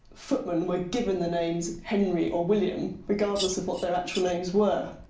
footmen were given the names henry or william, regardless of what their actual names were.